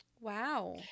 Wow